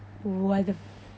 what the f~